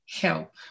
help